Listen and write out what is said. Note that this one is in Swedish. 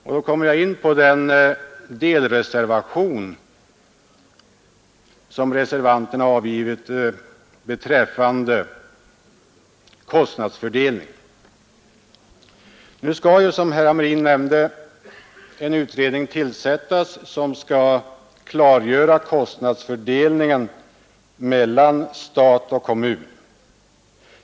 Därmed kommer jag in på den delreservation som reservanterna har avgivit beträffande kostnadsfördelningen. Som herr Hamrin redan nämnt skall nu en utredning tillsättas för att klargöra kostnadsfördelningen mellan stat och kommun.